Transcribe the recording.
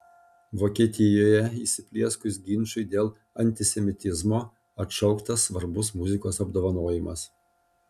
vokietijoje įsiplieskus ginčui dėl antisemitizmo atšauktas svarbus muzikos apdovanojimas